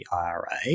IRA